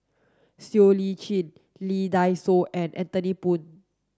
Siow Lee Chin Lee Dai Soh and Anthony Poon